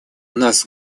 нас